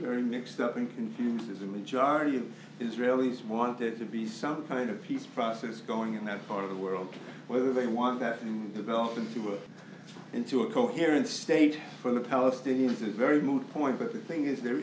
very mixed up and confused as the majority of israelis want it to be some kind of peace process going in that part of the world whether they want that and the velvet to go into a coherent state for the palestinians is a very moot point but the thing is there